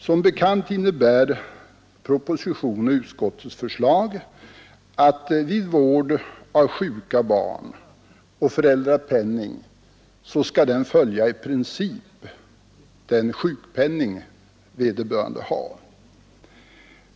Som bekant innebär propositionens och utskottets förslag att föräldrapenningen vid vård av sjuka barn i princip skall följa den sjukpenning som vederbörande har.